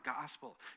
gospel